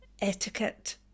etiquette